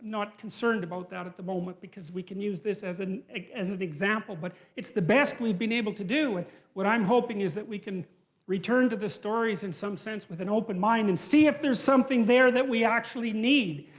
not concerned about that at the moment because we can use this as an as an example. but it's the best we've been able to do, and what i'm hoping is that we can return to the stories in some sense with an open mind and see if there's something there that we actually need.